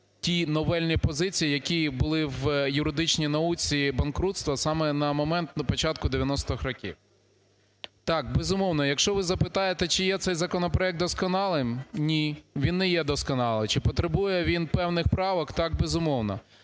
ті новельні позиції, які були в юридичній науці банкрутства саме на момент, на початку 90 років. Так, безумовно, якщо ви запитаєте, чи є цей законопроект досконалим – ні, він не є досконалий. Чи потребує він певних правок? Так, безумовно,